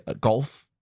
golf